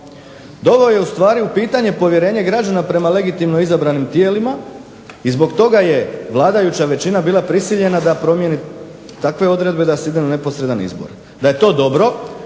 doveo je u stvari u pitanje povjerenje građana prema legitimno izabranim tijelima. I zbog toga je vladajuća većina bila prisiljena da promijeni takve odredbe da se ide na neposredan izbor. Da je to dobro